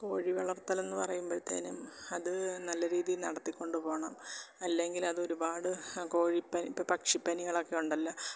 കോഴി വളർത്തലെന്ന് പറയുമ്പോഴത്തേക്കും അത് നല്ല രീതിയിൽ നടത്തിക്കൊണ്ട് പോകണം അല്ലെങ്കിൽ അതൊരുപാട് കോഴിപ്പനി ഇപ്പം പക്ഷിപ്പനികളൊക്കെ ഉണ്ടല്ലോ